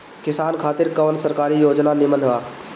किसान खातिर कवन सरकारी योजना नीमन बा?